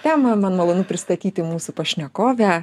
temą man malonu pristatyti mūsų pašnekovę